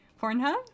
Pornhub